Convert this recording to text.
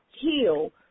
heal